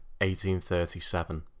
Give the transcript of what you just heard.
1837